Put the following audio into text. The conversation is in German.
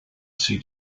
sie